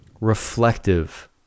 reflective